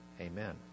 Amen